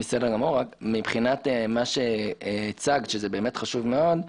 בסדר, רק מבחינת מה שהצגת, שזה חשוב מאוד,